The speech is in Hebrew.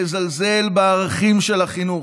לזלזל בערכים של החינוך.